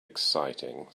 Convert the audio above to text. exciting